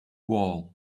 wall